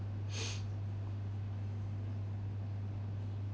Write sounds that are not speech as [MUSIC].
[NOISE]